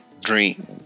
dream